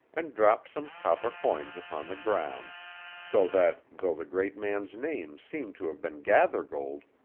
and dropt some copper coins upon the ground so that, though the great man's name seems to have been gathergold,